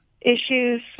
issues